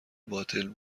باطل